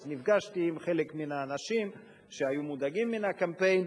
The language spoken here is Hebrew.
אז נפגשתי עם חלק מהאנשים שהיו מודאגים מן הקמפיין,